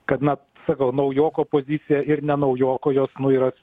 kad na sakau naujoko pozicija ir ne naujoko jos nu yra